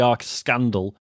scandal